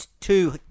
Two